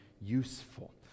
useful